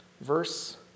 Verse